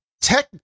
tech